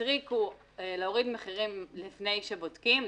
הטריק הוא להוריד מחירים לפני שבודקים,